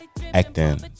acting